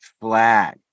flag